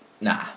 Nah